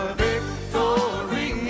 victory